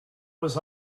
was